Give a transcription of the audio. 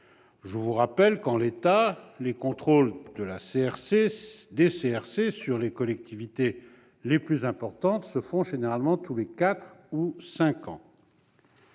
Je vous rappelle que, en l'état, les contrôles des CRC sur les collectivités les plus importantes se font généralement tous les quatre